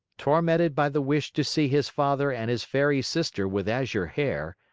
tormented by the wish to see his father and his fairy sister with azure hair,